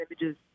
images